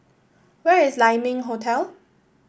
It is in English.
where is Lai Ming Hotel